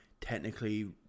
technically